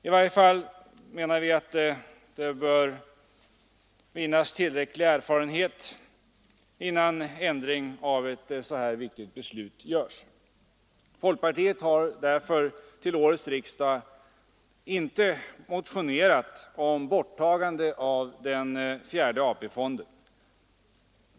I varje fall menar vi att det bör vinnas tillräcklig erfarenhet innan ändring av ett så här viktigt beslut görs. Folkpartiet har därför inte till årets riksdag motionerat om slopande av den fjärde AP-fonden.